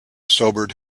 sobered